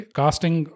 casting